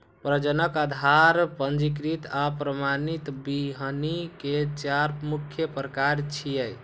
प्रजनक, आधार, पंजीकृत आ प्रमाणित बीहनि के चार मुख्य प्रकार छियै